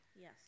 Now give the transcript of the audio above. Yes